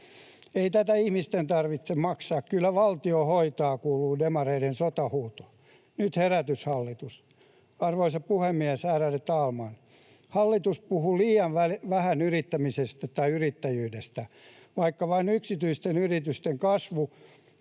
Ei tätä ihmisten tarvitse maksaa, kyllä valtio hoitaa, kuuluu demareiden sotahuuto. Nyt herätys, hallitus. Arvoisa puhemies, ärade talman! Hallitus puhuu liian vähän yrittämisestä tai yrittäjyydestä, vaikka vain yksityisten yritysten kasvu